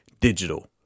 digital